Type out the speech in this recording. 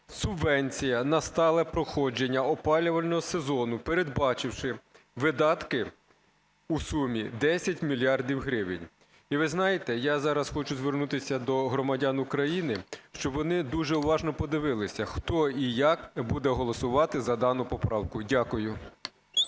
"Субвенція на стале проходження опалювального сезону", передбачивши видатки у сумі 10 мільярдів гривень. І ви знаєте, я зараз хочу звернутися до громадян України, щоб вони дуже уважно подивилися, хто і як буде голосувати за дану поправку. Дякую.